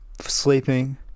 sleeping